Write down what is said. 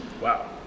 wow